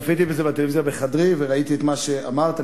צפיתי בזה בטלוויזיה בחדרי וראיתי את מה שאמרת.